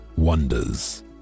wonders